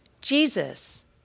Jesus